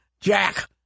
Jack